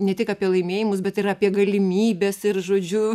ne tik apie laimėjimus bet ir apie galimybes ir žodžiu